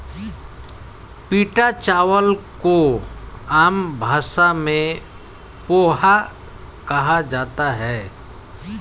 पीटा चावल को आम भाषा में पोहा कहा जाता है